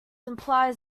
implies